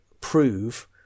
prove